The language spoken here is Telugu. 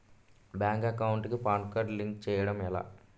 బ్యాంక్ అకౌంట్ కి పాన్ కార్డ్ లింక్ చేయడం ఎలా?